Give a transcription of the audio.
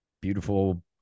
beautiful